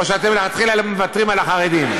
או שאתם מלכתחילה מוותרים על החרדים?